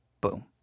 Boom